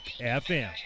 FM